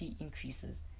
increases